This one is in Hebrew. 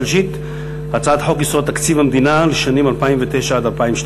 הצעת חוק-יסוד: תקציב המדינה לשנים 2009 עד 2012